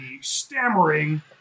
stammering